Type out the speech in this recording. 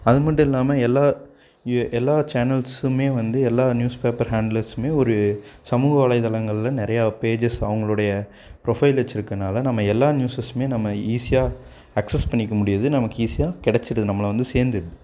அது மட்டும் இல்லாமல் எல்லா ஏ எல்லா சேனல்ஸுமே வந்து எல்லா நியூஸ் பேப்பர் ஹேண்டிலிஸ்ஸுமே ஒரு சமூக வலைதளங்களில் நிறையா பேஜஸ் அவங்களுடைய ப்ரொஃபைல் வச்சிருக்கனால நம்ம எல்லா நியூஸஸ்மே நம்ம ஈஸியாக அக்ஸஸ் பண்ணிக்க முடியுது நமக்கு ஈஸியாக கிடச்சிடுது நம்மளை வந்து சேர்ந்துருது